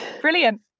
brilliant